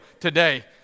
today